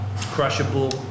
crushable